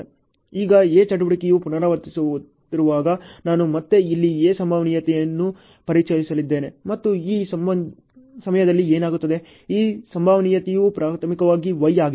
ಈಗ A ಚಟುವಟಿಕೆಯು ಪುನರಾವರ್ತನೆಯಾಗುತ್ತಿರುವಾಗ ನಾನು ಮತ್ತೆ ಇಲ್ಲಿ ಸಂಭವನೀಯತೆಯನ್ನು ಪರಿಚಯಿಸಲಿದ್ದೇನೆ ಮತ್ತು ಈ ಸಮಯದಲ್ಲಿ ಏನಾಗುತ್ತದೆ ಈ ಸಂಭವನೀಯತೆಯು ಪ್ರಾಥಮಿಕವಾಗಿ Y ಆಗಿದೆ